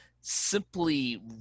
simply